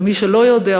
למי שלא יודע,